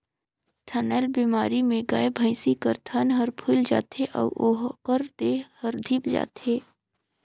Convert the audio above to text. थनैल बेमारी में गाय, भइसी कर थन हर फुइल जाथे अउ ओखर देह हर धिप जाथे